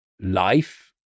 life